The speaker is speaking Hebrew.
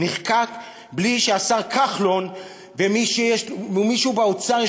נחקק בלי שהשר כחלון או מישהו באוצר יש